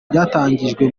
ryatangijwe